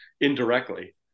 indirectly